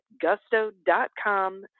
gusto.com